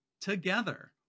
together